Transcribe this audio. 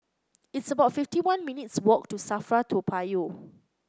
it's about fifty one minutes' walk to Safra Toa Payoh